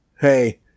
hey